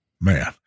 Man